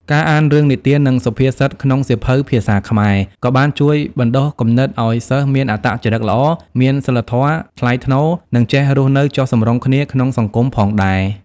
ការអានរឿងនិទាននិងសុភាសិតក្នុងសៀវភៅ ភាសាខ្មែរ ក៏បានជួយបណ្ដុះគំនិតឱ្យសិស្សមានអត្តចរិតល្អ មានសីលធម៌ថ្លៃថ្នូរ និងចេះរស់នៅចុះសម្រុងគ្នាក្នុងសង្គមផងដែរ។